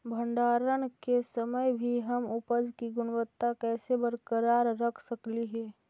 भंडारण के समय भी हम उपज की गुणवत्ता कैसे बरकरार रख सकली हे?